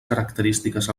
característiques